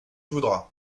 voudras